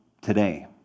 today